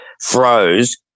froze